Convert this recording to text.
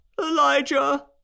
Elijah